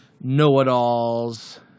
know-it-alls